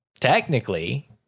Technically